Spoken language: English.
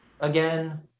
again